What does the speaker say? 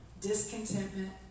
discontentment